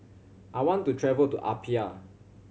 I want to travel to Apia